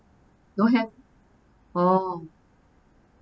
don't have oh